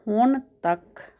ਹੁਣ ਤੱਕ